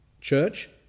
church